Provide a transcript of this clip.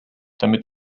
damit